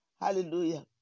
Hallelujah